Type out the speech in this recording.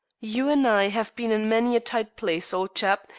you and i have been in many a tight place, old chap,